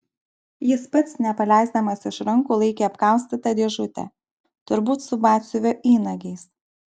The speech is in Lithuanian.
jis pats nepaleisdamas iš rankų laikė apkaustytą dėžutę turbūt su batsiuvio įnagiais